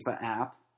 app